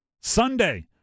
Sunday